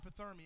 hypothermia